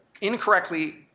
incorrectly